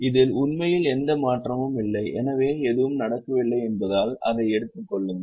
இதில் உண்மையில் எந்த மாற்றமும் இல்லை எனவே எதுவும் நடக்கவில்லை என்பதால் அதை எடுத்துக் கொள்ளுங்கள்